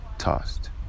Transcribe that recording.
Tossed